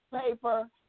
paper